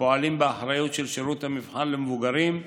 הפועלים באחריות שירות המבחן למבוגרים,